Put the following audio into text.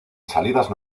salidas